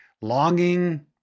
longing